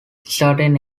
certain